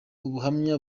ubuhamya